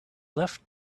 left